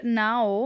now